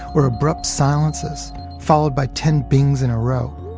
or abrupt silences followed by ten bings in a row,